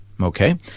okay